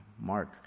Mark